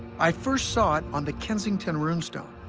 i first saw it on the kensington rune stone,